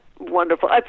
Wonderful